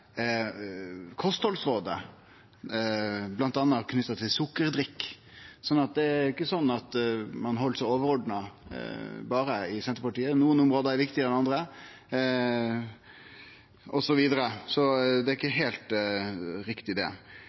kosthaldsråda, bl.a. knytt til sukkerdrikk. Så det er ikkje sånn at det berre er i Senterpartiet ein er overordna, at nokre område er viktigare enn andre, osv. Det er ikkje heilt riktig.